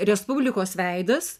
respublikos veidas